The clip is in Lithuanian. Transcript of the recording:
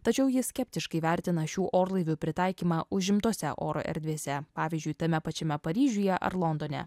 tačiau jis skeptiškai vertina šių orlaivių pritaikymą užimtose oro erdvėse pavyzdžiui tame pačiame paryžiuje ar londone